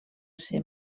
ser